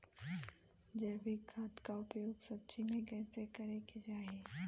जैविक खाद क उपयोग सब्जी में कैसे करे के चाही?